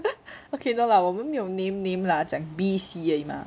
okay 的啦我们没有 name name lah 讲 b c 而已吗